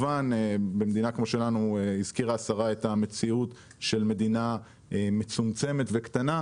השרה הזכירה את המציאות של מדינה מצומצמת וקטנה,